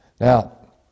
Now